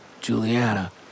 Juliana